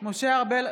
משה ארבל,